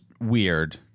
weird